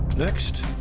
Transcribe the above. next,